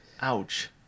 Ouch